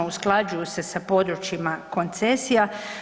Usklađuju se sa područjima koncesija.